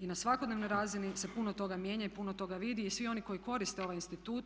I na svakodnevnoj razini se puno toga mijenja i puno toga vidi i svi oni koji koriste ovaj institut,